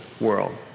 world